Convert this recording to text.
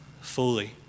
fully